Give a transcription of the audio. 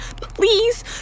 Please